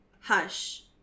hush